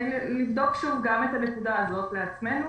נבדוק שוב גם את הנקודה הזאת לעצמנו